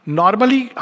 normally